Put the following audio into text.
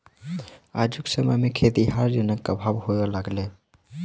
आजुक समय मे खेतीहर जनक अभाव होमय लगलै